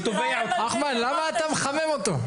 אחמד, למה אתה מחמם אותו?